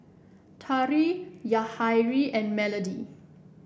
Tari Yahaira and Melody